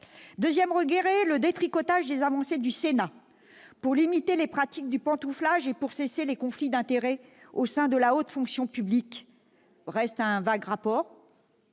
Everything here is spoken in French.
Deuxième regret, le détricotage des avancées du Sénat pour limiter les pratiques du pantouflage et pour cesser les conflits d'intérêts au sein de la haute fonction publique. Il reste un vague rapport